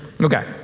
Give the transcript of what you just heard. Okay